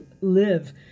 live